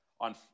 on